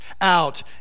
out